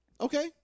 Okay